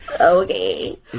Okay